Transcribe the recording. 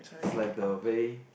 it's like the very